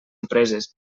empreses